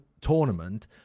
tournament